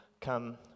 come